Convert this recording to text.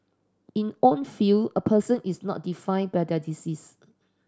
in own field a person is not defined by their disease